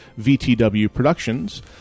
vtwproductions